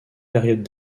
périodes